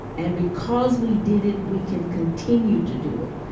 and because we did it we can continue to do it.